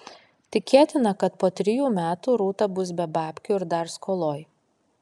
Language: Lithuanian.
tikėtina kad po trijų metų rūta bus be babkių ir dar skoloj